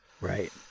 right